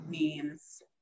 memes